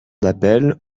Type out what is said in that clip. d’appel